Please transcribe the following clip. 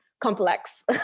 complex